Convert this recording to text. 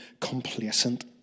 complacent